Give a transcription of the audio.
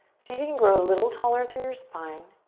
so you can grow a little taller through your spine.